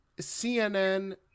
CNN